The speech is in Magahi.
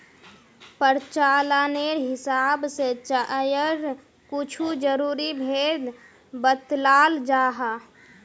प्रचालानेर हिसाब से चायर कुछु ज़रूरी भेद बत्लाल जाहा